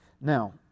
Now